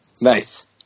Nice